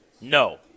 No